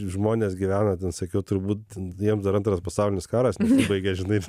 žmonės gyvena ten sakiau turbūt jiems dar antras pasaulinis karas nesibaigė žinai